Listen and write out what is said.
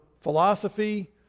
philosophy